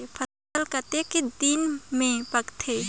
फसल कतेक दिन मे पाकथे?